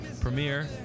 premiere